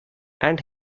and